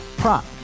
Prop